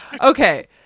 Okay